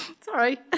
Sorry